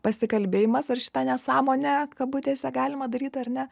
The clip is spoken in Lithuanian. pasikalbėjimas ar šitą nesąmonę kabutėse galima daryt ar ne